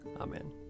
Amen